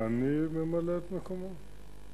ואני ממלא את מקומו.